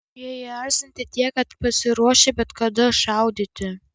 jie įerzinti tiek kad pasiruošę bet kada šaudyti